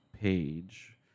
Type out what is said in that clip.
page